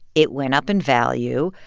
it went up in value.